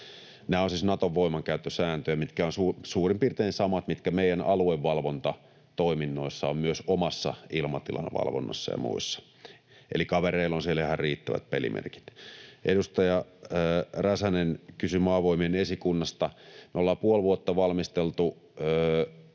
Nämä ovat siis Naton voimankäyttösääntöjä, mitkä ovat suurin piirtein samat kuin mitkä meidän aluevalvontatoiminnoissa myös omassa ilmatilan valvonnassa ja muissa. Eli kavereilla on siellä ihan riittävät pelimerkit. Edustaja Räsänen kysyi Maavoimien esikunnasta. Me ollaan puoli vuotta valmisteltu